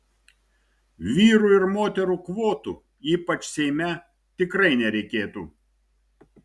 vyrų ir moterų kvotų ypač seime tikrai nereikėtų